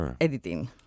editing